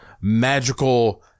magical